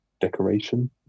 decoration